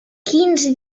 quins